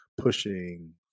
pushing